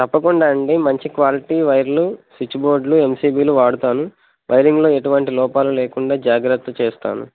తప్పకుండా అండి మంచి క్వాలిటీ వైర్లు స్విచ్ బోర్డులు ఎంసీబీలు వాడుతాను వైరింగ్లో ఎటువంటి లోపాలు లేకుండా జాగ్రత్త చేస్తాను